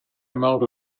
amount